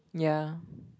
ya